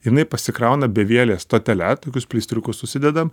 jinai pasikrauna bevielė stotele tokius pleistriukus susidedam